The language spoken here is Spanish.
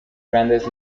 grandes